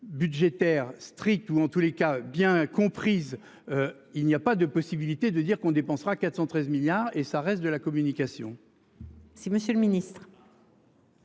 budgétaire stricte ou en tous les cas bien comprise. Il n'y a pas de possibilité de dire qu'on dépensera 413 milliards et ça reste de la communication. Si Monsieur le Ministre.